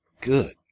good